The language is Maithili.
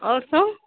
आओर सब